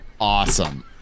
Awesome